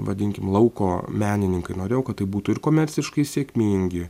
vadinkim lauko menininkai norėjau kad tai būtų ir komerciškai sėkmingi